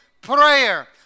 prayer